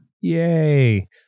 yay